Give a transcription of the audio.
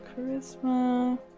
charisma